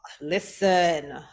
Listen